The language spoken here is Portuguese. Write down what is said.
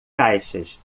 caixas